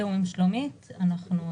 בתיאום עם שלומית ארליך,